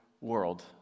world